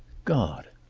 god!